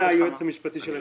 המשפטי.